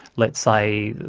let's say,